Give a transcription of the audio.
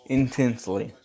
intensely